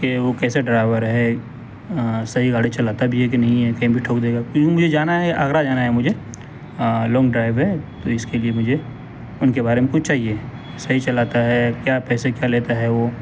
کہ وہ کیسا ڈرائور ہے صحیح گاڑی چلاتا بھی ہے کہ نہیں ہے کہیں بھی ٹھوک دے گا کیونکہ مجھے جانا ہے آگرہ جانا ہے مجھے لانگ ڈرائیو ہے تو اس کے لیے مجھے ان کے بارے میں کچھ چاہیے صحیح چلاتا ہے کیا پیسے کیا لیتا ہے وہ